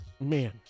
man